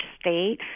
state